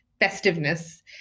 festiveness